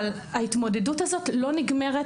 אבל ההתמודדות הזאת לא נגמרת,